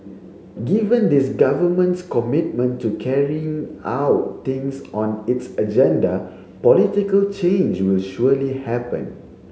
given this Government's commitment to carrying out things on its agenda political change will surely happen